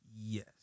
Yes